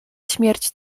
śmierć